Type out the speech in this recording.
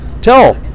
tell